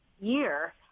year